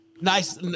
nice